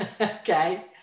Okay